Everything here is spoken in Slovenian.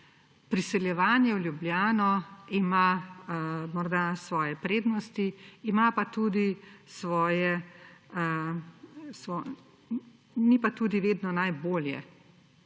Priseljevanje v Ljubljano ima morda svoje prednosti, ni pa tudi vedno najbolje.